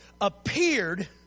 appeared